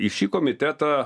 į šį komitetą